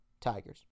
Tigers